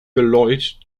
geläut